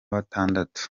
batandatu